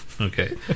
Okay